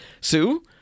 Sue